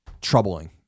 troubling